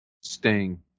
Sting